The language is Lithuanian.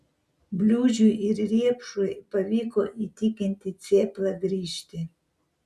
bliūdžiui ir riepšui pavyko įtikinti cėplą grįžti